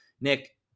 Nick